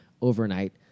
overnight